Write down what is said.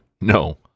no